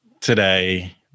today